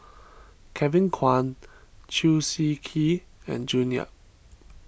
Kevin Kwan Chew Swee Kee and June Yap